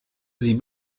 sie